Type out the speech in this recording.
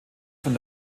von